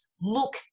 look